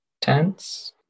tense